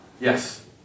Yes